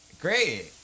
Great